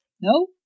No